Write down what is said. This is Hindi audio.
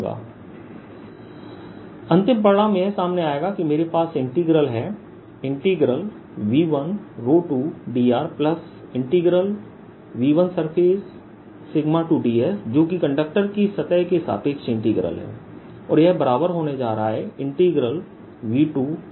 W2 W1V12 1dr12drSurface Term अंतिम परिणाम यह सामने आएगा कि मेरे पास इंटीग्रल है V12drV1surface 2ds जोकि कंडक्टर की सतह के सापेक्ष इंटीग्रल है और यह बराबर होने जा रहा है V21drV2surface1ds